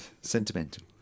Sentimental